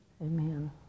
Amen